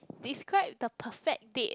describe the perfect date